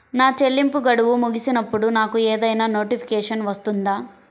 నా చెల్లింపు గడువు ముగిసినప్పుడు నాకు ఏదైనా నోటిఫికేషన్ వస్తుందా?